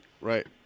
Right